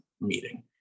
meeting